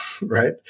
right